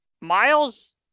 Miles